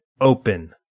open